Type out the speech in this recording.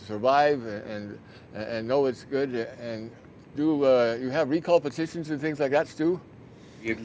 survive and and know it's good and do you have recall petitions and things i got to do